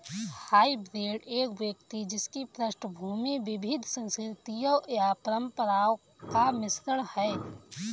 hybrid एक व्यक्ति जिसकी पृष्ठभूमि दो विविध संस्कृतियों या परंपराओं का मिश्रण है